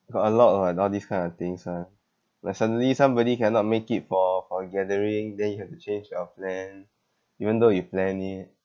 got a lot orh and all this kind of things [one] like suddenly somebody cannot make it for for gathering then you have to change your plan even though you plan it